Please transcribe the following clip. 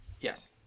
Yes